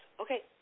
Okay